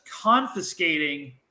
confiscating